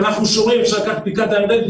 יש את בקעת הירדן,